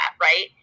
right